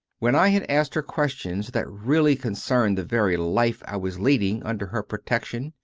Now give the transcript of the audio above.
when i had asked her questions that really concerned the very life i was leading under her protection,